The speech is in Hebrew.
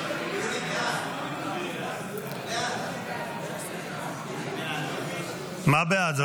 כהצעת הוועדה, נתקבל.